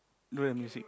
look at music